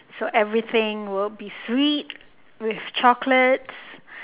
so everything will be sweet with chocolates